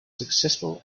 successful